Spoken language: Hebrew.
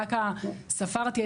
רק ספרתי,